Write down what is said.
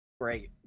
great